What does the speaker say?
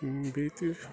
بیٚیہِ تہِ